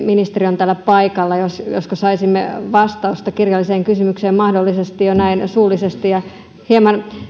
ministeri on täällä paikalla josko saisimme vastausta kirjalliseen kysymykseen mahdollisesti jo näin suullisesti hieman